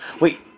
Wait